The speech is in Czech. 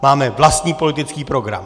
Máme vlastní politický program.